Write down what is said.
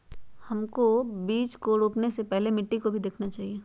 हमको बीज को रोपने से पहले मिट्टी को भी देखना चाहिए?